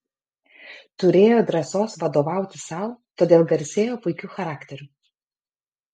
turėjo drąsos vadovauti sau todėl garsėjo puikiu charakteriu